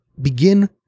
begin